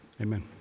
Amen